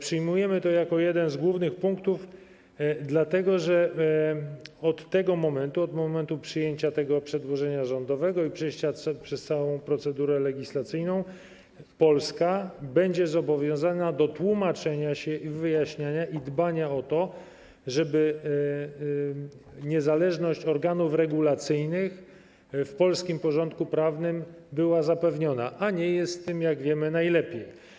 Traktujemy to jako jeden z głównych punktów, dlatego że od tego momentu, od momentu przyjęcia tego przedłożenia rządowego i przejścia przez niego całej procedury legislacyjnej Polska będzie zobowiązana do tłumaczenia się, wyjaśniania i dbania o to, żeby niezależność organów regulacyjnych w polskim porządku prawnym była zapewniona, a nie jest z tym, jak wiemy, najlepiej.